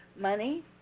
money